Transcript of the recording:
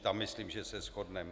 Tam myslím, že se shodneme.